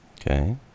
Okay